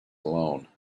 alone